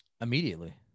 immediately